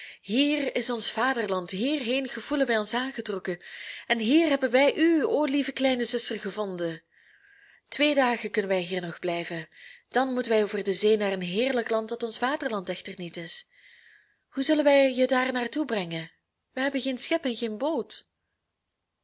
hier is ons vaderland hierheen gevoelen wij ons aangetrokken en hier hebben wij u o lieve kleine zuster gevonden twee dagen kunnen wij hier nog blijven dan moeten wij over de zee naar een heerlijk land dat ons vaderland echter niet is hoe zullen wij je daar naar toe brengen wij hebben geen schip en geen boot